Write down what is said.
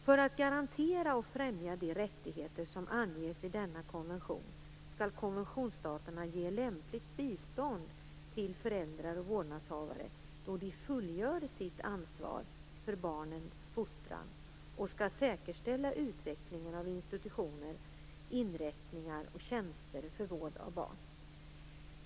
För att garantera och främja de rättigheter som anges i denna konvention skall konventionsstaterna ge lämpligt bistånd till föräldrar och vårdnadshavare, då de fullgör sitt ansvar för barnens fostran, och skall säkerställa utvecklingen av institutioner, inrättningar och tjänster för vård av barn.